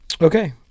Okay